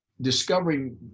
discovering